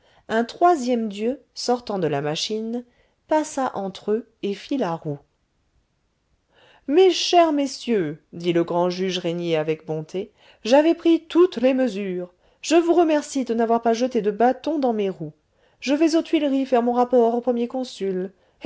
un troisième dieu sortant de la machine passa entre eux et fit la roue mes chers messieurs dit le grand juge régnier avec bonté j'avais pris toutes les mesures je vous remercie de n'avoir pas jeté de bâtons dans mes roues je vais aux tuileries faire mon rapport au premier consul